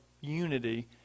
unity